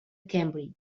cambridge